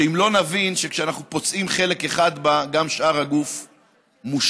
שאם לא נבין שכשאנחנו פוצעים חלק אחד בה גם שאר הגוף מושפע,